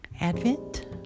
Advent